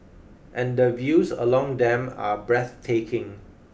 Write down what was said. and the views along them are breathtaking